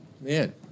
Man